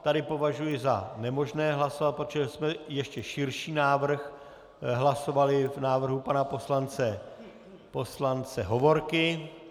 Tady považuji za nemožné hlasovat, protože jsme ještě širší návrh hlasovali v návrhu pana poslance Hovorky.